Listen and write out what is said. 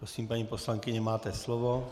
Prosím, paní poslankyně, máte slovo.